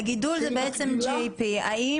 לגידול זה בעצם GAP. האם